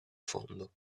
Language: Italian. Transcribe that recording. fondo